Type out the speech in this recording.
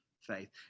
faith